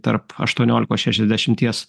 tarp aštuoniolikos šešiasdešimties